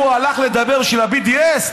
הוא הלך לדבר על ה-BDS?